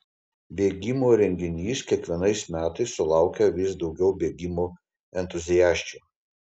bėgimo renginys kiekvienais metais sulaukia vis daugiau bėgimo entuziasčių